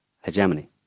hegemony